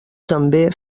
també